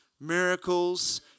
miracles